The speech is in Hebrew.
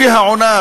לפי העונה,